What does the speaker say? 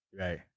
Right